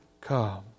come